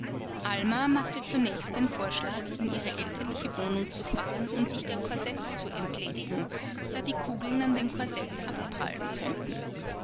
alma machte zunächst den vorschlag in ihre elterliche wohnung zu fahren und sich der korsetts zu entledigen da die kugeln an den korsetts abprallen könnten